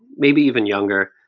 maybe even younger.